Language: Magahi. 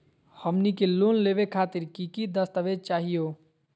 हमनी के लोन लेवे खातीर की की दस्तावेज चाहीयो?